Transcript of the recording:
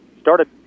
Started